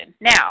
Now